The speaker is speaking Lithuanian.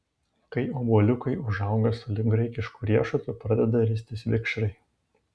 kai obuoliukai užauga sulig graikišku riešutu pradeda ristis vikšrai